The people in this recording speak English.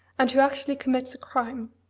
and who actually commits a crime.